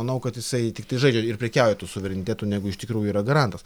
manau kad jisai tiktai žaidžia ir prekiauja tuo suverenitetu negu iš tikrųjų yra garantas